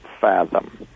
fathom